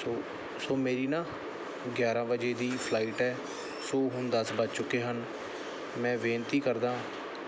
ਸੋ so ਮੇਰੀ ਨਾ ਗਿਆਰਾਂ ਵਜੇ ਦੀ ਫਲਾਈਟ ਹੈ ਸੋ ਹੁਣ ਦਸ ਵੱਜ ਚੁੱਕੇ ਹਨ ਮੈਂ ਬੇਨਤੀ ਕਰਦਾ